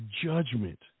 judgment